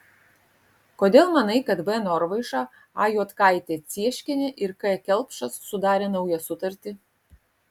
kodėl manai kad v norvaiša a juodkaitė cieškienė ir k kelpšas sudarė naują sutartį